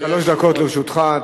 שלוש דקות לרשותך,